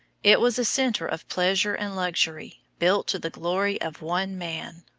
it was a centre of pleasure and luxury, built to the glory of one man,